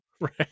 Right